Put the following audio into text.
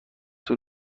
طول